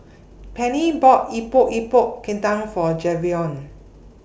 Penni bought Epok Epok Kentang For Javion